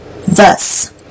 thus